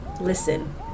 listen